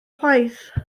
chwaith